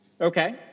Okay